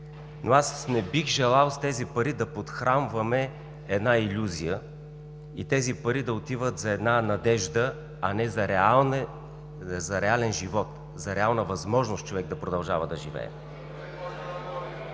Но аз не бих желал с тези пари да подхранваме една илюзия и тези пари да отиват за една надежда, а не за реален живот, за реална възможност човек да продължава да живее.